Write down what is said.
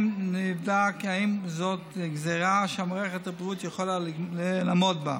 אם נבדק אם זאת גזרה שמערכת הבריאות יכולה לעמוד בה.